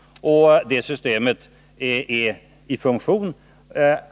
Det systemet är i funktion.